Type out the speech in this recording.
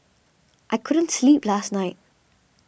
I couldn't sleep last night